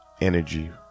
energy